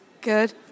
Good